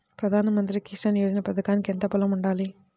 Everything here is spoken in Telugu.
ప్రధాన మంత్రి కిసాన్ యోజన పథకానికి ఎంత పొలం ఉండాలి?